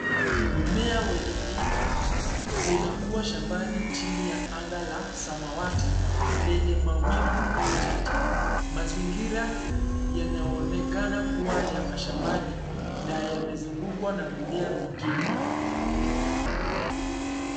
Mmea wenye miba unakuwa shambani chini ya anga la samawati yenye mawingu machache. Mazingira yanaonekana kuwa ya mashambani na yamezungukwa na mimea mingine.